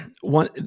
one